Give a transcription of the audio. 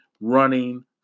running